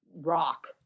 rock